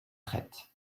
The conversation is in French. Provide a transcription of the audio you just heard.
prête